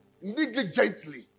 negligently